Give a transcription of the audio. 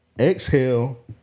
Exhale